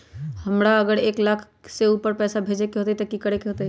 अगर हमरा एक लाख से ऊपर पैसा भेजे के होतई त की करेके होतय?